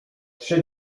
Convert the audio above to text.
trzy